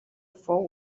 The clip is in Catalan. fou